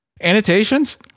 annotations